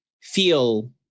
feel